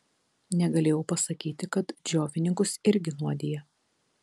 negalėjau pasakyti kad džiovininkus irgi nuodija